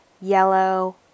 yellow